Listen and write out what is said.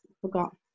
Forgot